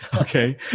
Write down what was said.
Okay